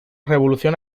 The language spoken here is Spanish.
revolución